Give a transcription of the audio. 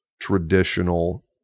traditional